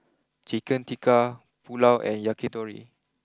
Chicken Tikka Pulao and Yakitori